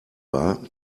war